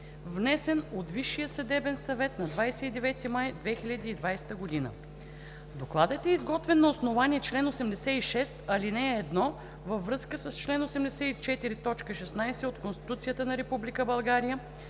внесен от Висшия съдебен съвет на 29 май 2020 г. Докладът е изготвен на основание чл. 86, ал. 1 във връзка с чл. 84, т. 16 от Конституцията на Република